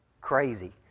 crazy